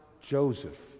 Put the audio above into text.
Joseph